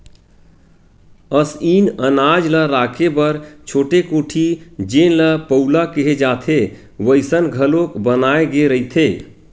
असइन अनाज ल राखे बर छोटे कोठी जेन ल पउला केहे जाथे वइसन घलोक बनाए गे रहिथे